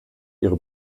ihre